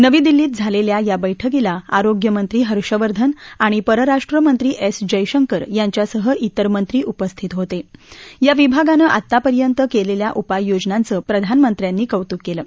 नवी दिल्लीत झालखिा या बैठकीला आरोग्यमंत्री हर्ष वर्धन आणि परराष्ट्र मंत्री एस जयशंकर यांच्यासह तिर मंत्री उपस्थित होत आ विभागान आतापर्यंत कलिखा उपाययोजनांचं प्रधानमंत्री कौतुक कलि